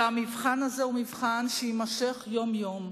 והמבחן הזה הוא מבחן שיימשך יום-יום,